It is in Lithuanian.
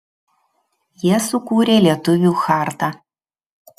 jie sukūrė lietuvių chartą